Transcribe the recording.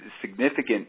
significant